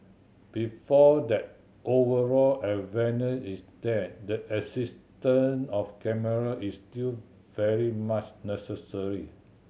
before that overall awareness is there the existence of camera is still very much necessary